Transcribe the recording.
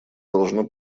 должно